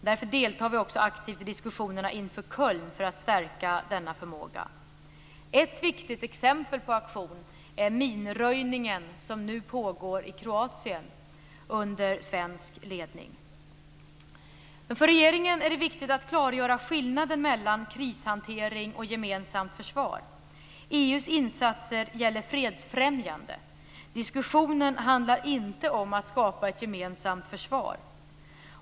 Därför deltar vi också aktivt i diskussionerna inför Köln för att stärka denna förmåga. Ett viktigt exempel på en aktion är den minröjning som nu pågår i Kroatien under svensk ledning. För regeringen är det viktigt att klargöra skillnaden mellan krishantering och gemensamt försvar. EU:s insatser gäller fredsfrämjande arbete. Diskussionen handlar inte om att skapa ett gemensamt försvar.